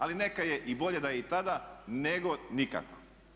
Ali neka je, bolje da je i tada nego nikako.